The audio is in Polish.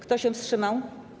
Kto się wstrzymał?